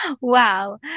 Wow